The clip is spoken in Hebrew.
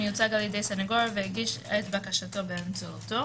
מיוצג על ידי סניגור והגיש את בקשתו באמצעותו,